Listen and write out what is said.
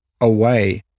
away